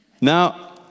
Now